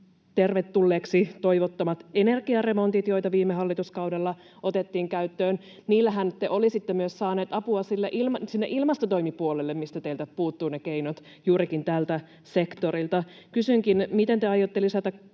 tervetulleeksi toivottamat energiaremontit, joita viime hallituskaudella otettiin käyttöön. Niillähän te olisitte myös saaneet apua sinne ilmastotoimipuolelle, mistä teiltä puuttuvat ne keinot, juurikin tältä sektorilta. Kysynkin: miten te aiotte lisätä